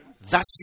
thus